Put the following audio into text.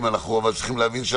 צריכים להיות בשלב 3,